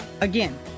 Again